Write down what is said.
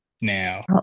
Now